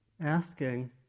asking